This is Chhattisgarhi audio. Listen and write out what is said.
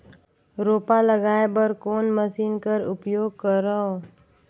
रोपा लगाय बर कोन मशीन कर उपयोग करव?